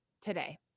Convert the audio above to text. today